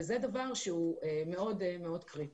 וזה דבר שהוא מאוד קריטי.